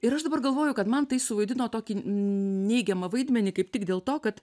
ir aš dabar galvoju kad man tai suvaidino tokį neigiamą vaidmenį kaip tik dėl to kad